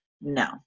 No